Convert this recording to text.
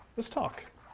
let's talk.